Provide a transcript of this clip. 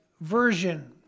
Version